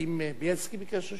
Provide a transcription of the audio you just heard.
האם בילסקי ביקש ראשון?